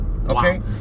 Okay